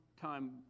time